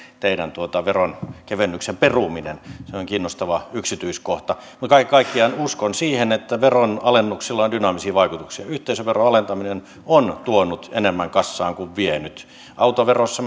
teidän veronkevennyksen perumisenne se on kiinnostava yksityiskohta mutta kaiken kaikkiaan uskon siihen että veronalennuksilla on dynaamisia vaikutuksia yhteisöveron alentaminen on tuonut enemmän kassaan kuin vienyt autoverossa